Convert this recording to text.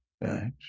right